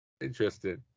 Interesting